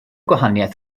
gwahaniaeth